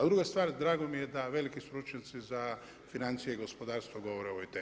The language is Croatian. I druga stvar, drago mi je da veliki stručnjaci za financije i gospodarstvo govore o ovoj temi.